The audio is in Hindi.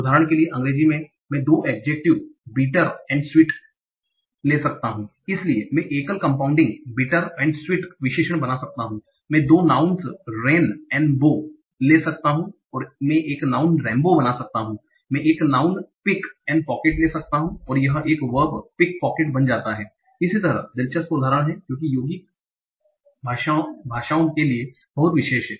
उदाहरण के लिए अंग्रेजी में मैं दो एड्जेक्टिव adjectives विशेषण बिटर bitter कड़वा और sweet मीठा ले सकता हूं इसलिए मैं एकल कोम्पौंडींग बिटर और स्वीट विशेषण बना सकता हूं मैं दो नाउँन्स nouns संज्ञाएं रैन rain बारिश और बो bow धनुष ले सकता हूं मैं एक नाउँन्स रैनबो बना सकता हूं मैं एक नाउँन्स pick पीक और पॉकेट ले सकता हूं और यह एक वर्ब verb क्रिया पिकपॉकेट बन जाता है इसी तरह दिलचस्प उदाहरण है जो की यौगिक भाषाओं के लिए बहुत विशेष हैं